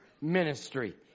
ministry